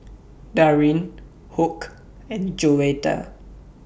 Daryn Hoke and Joetta